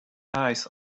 eyes